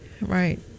Right